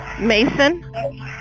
mason